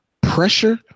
pressure